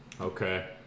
Okay